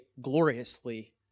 gloriously